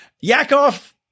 Yakov